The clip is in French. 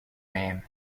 mêmes